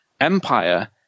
Empire